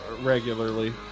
regularly